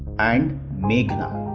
and meghna